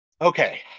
Okay